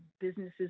businesses